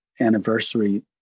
anniversary